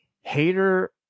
Hater